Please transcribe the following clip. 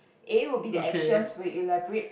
A would the actions will elaborate